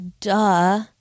duh